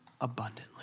abundantly